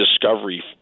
discovery